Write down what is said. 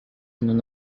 none